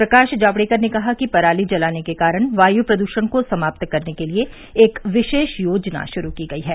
प्रकाश जावड़ेकर ने कहा कि पराली जलाने के कारण वायु प्रदूषण को समाप्त करने के लिए एक विशेष योजना शुरू की गई है